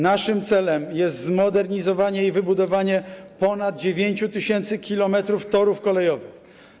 Naszym celem jest zmodernizowanie i wybudowanie ponad 9 tys. km torów kolejowych.